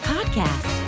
Podcast